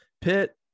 Pitt